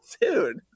dude